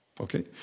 Okay